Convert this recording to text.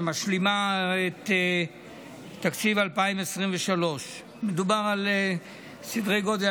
שמשלימה את תקציב 2023. מדובר על סדרי גודל.